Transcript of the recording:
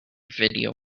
video